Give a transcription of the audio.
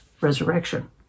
resurrection